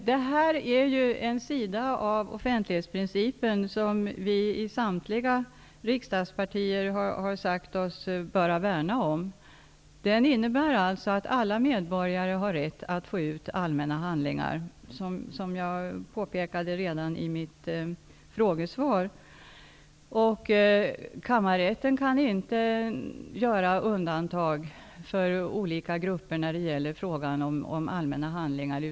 Herr talman! Det här är en sida av offentlighetsprincipen som vi, enligt vad som sagts från samtliga riksdagspartier, bör värna om. Offentlighetsprincipen innebär alltså att alla medborgare har rätt att få ut allmänna handlingar, som jag påpekade redan i mitt frågesvar. Kammarrätten kan inte göra undantag för olika grupper när det gäller allmänna handlingar.